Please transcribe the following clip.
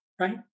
right